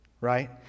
right